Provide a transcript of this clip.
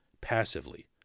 passively